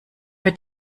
wird